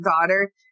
daughter